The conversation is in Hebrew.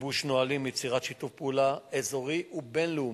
גיבוש נהלים, יצירת שיתוף פעולה אזורי ובין-לאומי,